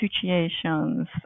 situations